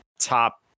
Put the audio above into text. top